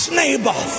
neighbor